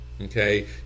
Okay